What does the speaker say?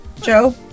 Joe